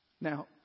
Now